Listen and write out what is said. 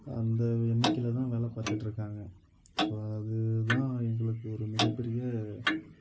அந்த எண்ணிக்கையில்தான் வேலை பார்த்துட்டு இருக்காங்க ஸோ அதுதான் எங்களுக்கு ஒரு மிகப்பெரிய